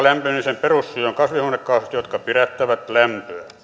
lämpenemisen perussyy ovat kasvihuonekaasut jotka pidättävät lämpöä